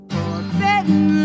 Forbidden